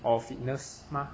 or fitness 吗